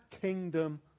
kingdom